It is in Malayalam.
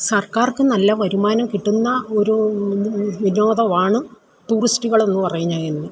സർക്കാർക്ക് നല്ല വരുമാനം കിട്ടുന്ന ഒരു വിനോദമാണ് ടൂറിസ്റ്റുകള് എന്നു പറഞ്ഞു കഴിഞ്ഞാൽ